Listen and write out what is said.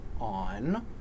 on